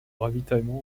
ravitaillement